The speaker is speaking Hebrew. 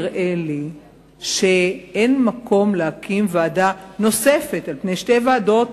נראה לי שאין מקום להקים ועדה נוספת על שתי ועדות